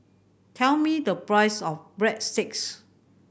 tell me the price of Breadsticks